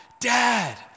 dad